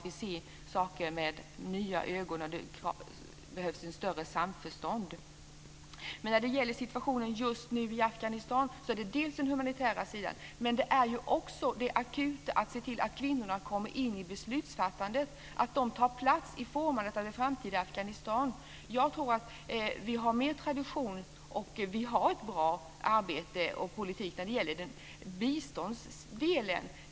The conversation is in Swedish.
Vi ser saker med nya ögon, och det behövs ett större samförstånd. När det gäller situationen just nu i Afghanistan handlar det delvis om den humanitära sidan, men det handlar också om det akuta, att se till att kvinnorna kommer in i beslutsfattandet, att de tar plats i formandet av det framtida Afghanistan. Jag tror att vi har mer tradition - och vi har ett bra arbete och en bra politik - när det gäller biståndsdelen.